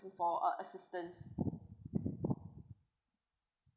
to for a assistance